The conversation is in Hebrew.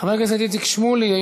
חבר הכנסת איציק שמולי,